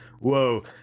Whoa